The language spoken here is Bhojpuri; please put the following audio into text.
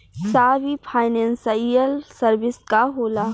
साहब इ फानेंसइयल सर्विस का होला?